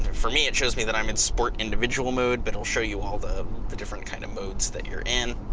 for me, it shows me that i'm in sport individual mode, but it'll show you all the the different kind of modes that you're in.